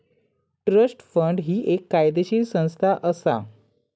trust fund ही एक कायदेशीर संस्था असा